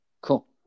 cool